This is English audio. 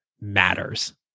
matters